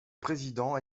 président